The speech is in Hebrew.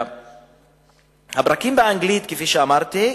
הפרקים באנגלית, כפי שאמרתי,